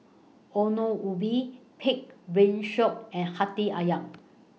Ongol Ubi Pig'S Brain Shop and Hati Ayam